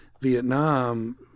Vietnam